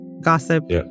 gossip